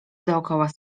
dookoła